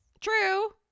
True